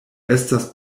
estas